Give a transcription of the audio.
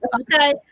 Okay